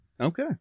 Okay